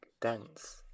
dense